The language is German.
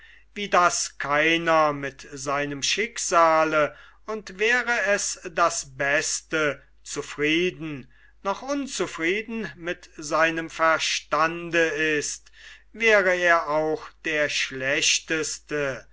wie daß keiner mit seinem schicksale und wäre es das beste zufrieden noch unzufrieden mit seinem verstande ist wäre er auch der schlechteste